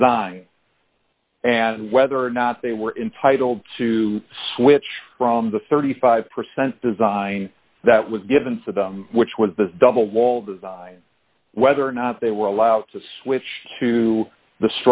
design and whether or not they were intitled to switch from the thirty five percent design that was given to them which was the double wall design whether or not they were allowed to switch to the